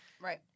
Right